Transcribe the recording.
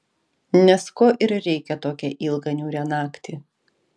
nes ko ir reikia tokią ilgą niūrią naktį